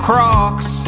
Crocs